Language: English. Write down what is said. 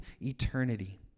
eternity